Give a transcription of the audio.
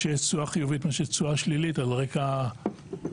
שיש תשואה חיובית מאשר תשואה שלילית על רקע הסופה